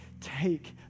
take